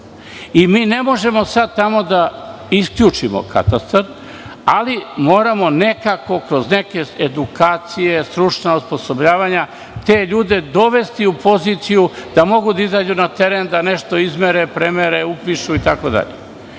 Mi ne možemo sada tamo da isključimo katastar, ali moramo nekako kroz neke edukacije, stručna osposobljavanja, te ljude dovesti u poziciju da mogu da izađu na teren da nešto izmere, premere, upišu itd. Imamo